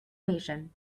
nation